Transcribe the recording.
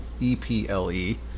E-P-L-E